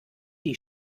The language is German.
die